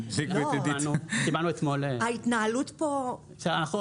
קיבלנו אתמול --- ההתנהלות פה בעייתית משהו.